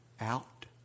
out